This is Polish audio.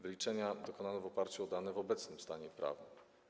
Wyliczenia dokonano w oparciu o dane w obecnym stanie prawnym.